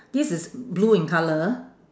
this is blue in colour